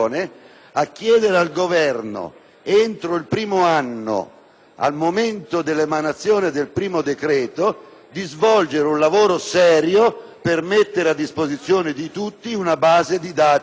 al momento dell'emanazione del primo decreto, di svolgere un lavoro serio per mettere a disposizione di tutti una base di dati corretta e significativa.